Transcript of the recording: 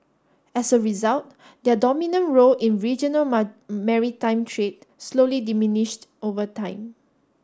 as a result their dominant role in regional maritime trade slowly diminished over time